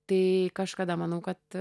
tai kažkada manau kad